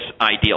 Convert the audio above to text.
ideal